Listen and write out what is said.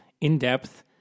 in-depth